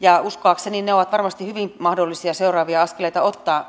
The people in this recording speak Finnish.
ja uskoakseni ne ovat varmasti hyvin mahdollisia seuraavia askeleita ottaa